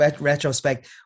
retrospect